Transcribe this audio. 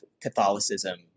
catholicism